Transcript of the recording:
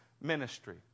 ministry